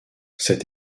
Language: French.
cet